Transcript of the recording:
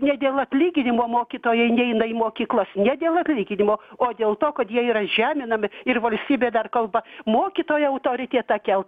ne dėl atlyginimo mokytojai neina į mokyklas ne dėl atlyginimo o dėl to kad jie yra žeminami ir valstybė dar kalba mokytojo autoritetą kelt